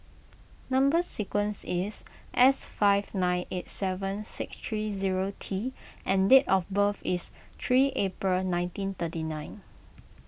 Number Sequence is S five nine eight seven six three zero T and date of birth is three April nineteen thirty nine